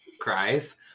cries